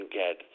get